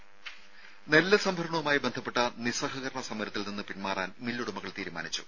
രും നെല്ലു സംഭരണവുമായി ബന്ധപ്പെട്ട നിസ്സഹകരണ സമരത്തിൽ നിന്ന് പിൻമാറാൻ മില്ലുടമകൾ തീരുമാനിച്ചു